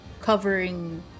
covering